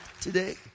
today